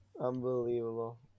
Unbelievable